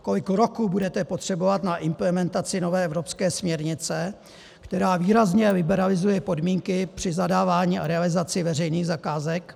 Kolik roků budete potřebovat na implementaci nové evropské směrnice, která výrazně liberalizuje podmínky při zadávání a realizaci veřejných zakázek?